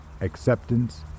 acceptance